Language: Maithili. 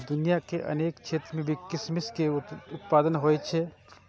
दुनिया के अनेक क्षेत्र मे किशमिश के उत्पादन होइ छै